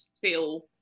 feel